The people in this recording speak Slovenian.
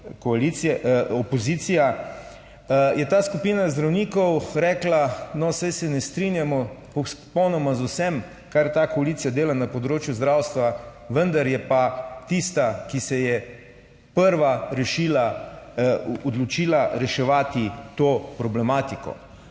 koalicija, opozicija, je ta skupina zdravnikov rekla, no, saj se ne strinjamo popolnoma z vsem, kar ta koalicija dela na področju zdravstva, vendar je pa tista, ki se je prva rešila, odločila reševati to problematiko.